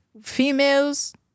females